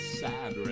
sad